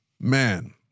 man